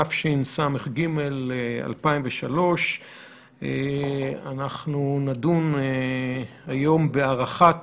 תשס"ג 2003. נדון היום בהארכת